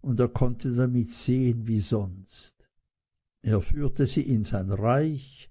und er konnte damit sehen wie sonst er führte sie in sein reich